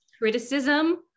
criticism